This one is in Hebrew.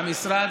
המשרד